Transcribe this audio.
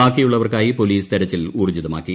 ബാക്കിയുള്ളവർക്കായി police തെരച്ചിൽ ഊർജ്ജിതമാക്കി